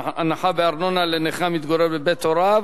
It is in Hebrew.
הנחה בארנונה לנכה המתגורר בבית הוריו)